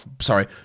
sorry